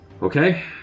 Okay